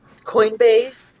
Coinbase